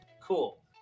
cool